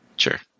Sure